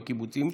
בקיבוצים,